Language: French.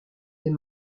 est